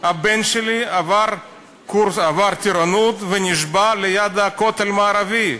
הבן שלי עבר טירונות ונשבע ליד הכותל המערבי,